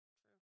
true